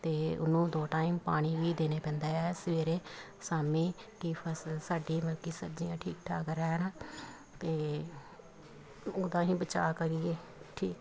ਅਤੇ ਉਹਨੂੰ ਦੋ ਟਾਈਮ ਪਾਣੀ ਵੀ ਦੇਣੇ ਪੈਂਦਾ ਹੈ ਸਵੇਰੇ ਸ਼ਾਮੀ ਕੀ ਫ਼ਸਲ ਸਾਡੀ ਮਲਕੀ ਸਬਜ਼ੀਆਂ ਠੀਕ ਠਾਕ ਰਹਿਣ ਅਤੇ ਉਦਾਂ ਹੀ ਬਚਾ ਕਰੀਏ ਠੀਕ